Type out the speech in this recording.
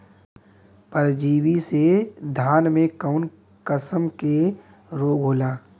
परजीवी से धान में कऊन कसम के रोग होला?